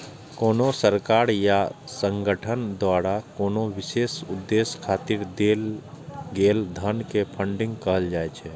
कोनो सरकार या संगठन द्वारा कोनो विशेष उद्देश्य खातिर देल गेल धन कें फंडिंग कहल जाइ छै